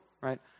right